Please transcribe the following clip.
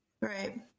Right